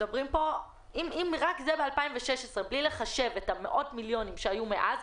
אם זה רק ב-2016 בלי לחשב את מאות המיליונים שהיו מאז,